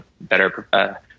better